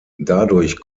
dadurch